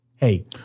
Hey